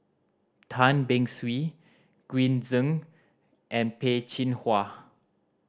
Tan Beng Swee Green Zeng and Peh Chin Hua